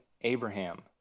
Abraham